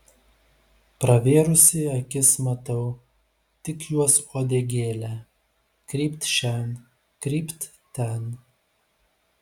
pravėrusi akis matau tik jos uodegėlę krypt šen krypt ten